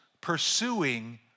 pursuing